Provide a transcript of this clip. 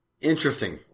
Interesting